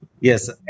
Yes